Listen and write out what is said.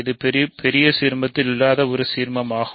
இது ஒரு பெரிய சீர்மத்திற்குள் இல்லாத ஒரு சீர்மமாகும்